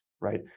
right